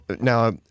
Now